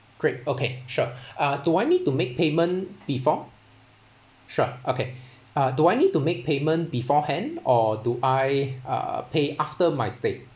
great okay sure uh do I need to make payment before sure okay uh do I need to make payment beforehand or do I uh pay after my stay